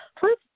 First